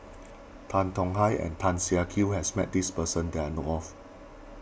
Tan Tong Hye and Tan Siak Kew has met this person that I know of